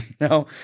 No